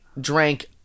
drank